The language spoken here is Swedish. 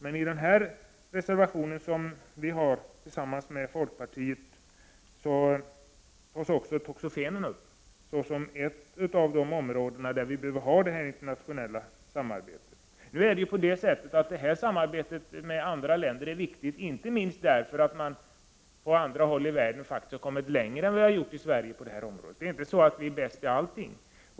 I den reservation som vi har tillsammans med folkpartiet tas också toxafen upp. I reservationen sägs att vi behöver ett internationellt samarbete bl.a. när det gäller frågor rörande toxafen. Samarbetet med andra länder är viktigt inte minst därför att man på andra håll i världen faktiskt har kommit längre än vi har gjort i Sverige på detta område. Vi är inte bäst i allting.